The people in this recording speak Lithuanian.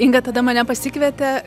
inga tada mane pasikvietė